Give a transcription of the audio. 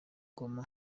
goma